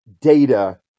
data